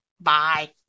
Bye